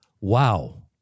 wow